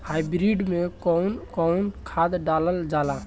Hybrid में कउन कउन खाद डालल जाला?